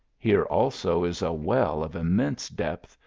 here, also, is a well of immense depth,